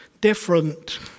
different